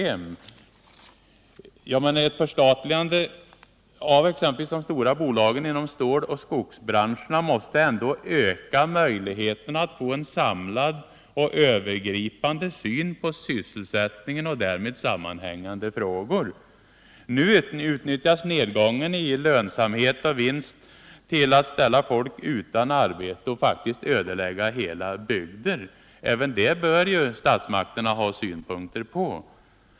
På det vill jag svara att ett förstatligande av exempelvis de stora bolagen inom ståloch skogsbranscherna ändå måste öka möjligheterna att få en samlad och övergripande syn på sysselsättningen och därmed sammanhängande frågor. Nu utnyttjas nedgången i lönsamhet och vinst till att ställa folk utan arbete och faktiskt ödelägga hela bygder. En sådan utveckling bör statsmakterna ha synpunkter på.